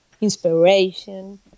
inspiration